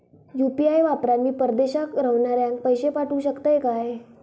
UPI वापरान मी परदेशाक रव्हनाऱ्याक पैशे पाठवु शकतय काय?